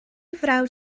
frawd